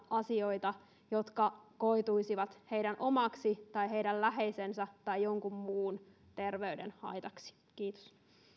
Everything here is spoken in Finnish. asioita jotka koituisivat heidän oman tai heidän läheisensä tai jonkun muun terveyden haitaksi kiitos